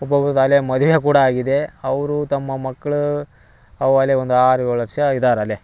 ಒಬ್ಬೊಬ್ರದ ಆಗಲೇ ಮದುವೆ ಕೂಡ ಆಗಿದೆ ಅವರು ತಮ್ಮ ಮಕ್ಳು ಅವಾಗಲೆ ಒಂದು ಆರು ಏಳು ವರ್ಷ ಇದಾರೆ ಅಲ್ಲೇ